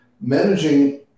managing